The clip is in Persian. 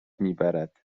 میبرد